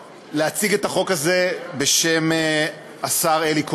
להציג את החוק הזה בשם השר אלי כהן,